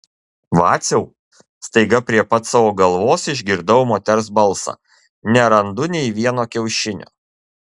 vaciau staiga prie pat savo galvos išgirdau moters balsą nerandu nė vieno kiaušinio